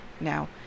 Now